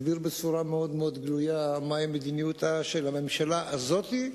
הסביר בצורה מאוד מאוד גלויה מה מדיניותה של הממשלה הזאת,